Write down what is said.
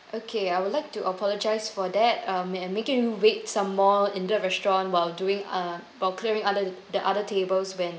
okay I would like to apologise for that uh may uh making wait some more in the restaurant while doing uh while clearing other the the other tables when